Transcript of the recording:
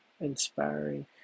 inspiring